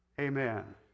Amen